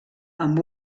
amb